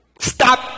Stop